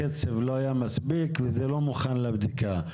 הקצב לא היה מספיק וזה לא מוכן לבדיקה,